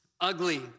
ugly